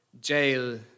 jail